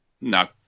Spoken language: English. No